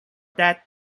that